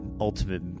ultimate